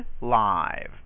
live